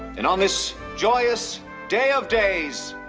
and on this joyous day of days,